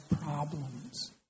problems